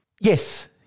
Yes